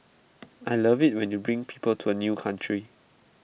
I love IT when you bring people to A new country